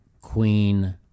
Queen